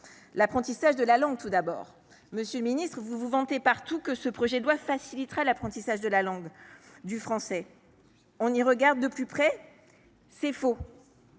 l’apprentissage de la langue. Monsieur le ministre, vous vous vantez partout que ce projet de loi facilitera l’apprentissage du français. Quand on y regarde de plus près, c’est faux.